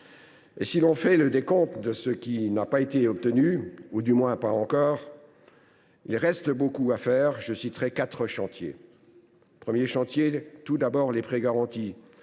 Or si l’on fait le décompte de ce qui n’a pas été obtenu, ou du moins pas encore, il reste beaucoup à faire. Je citerai quatre chantiers. Premièrement, les prêts garantis,